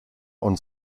und